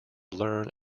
learn